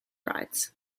rides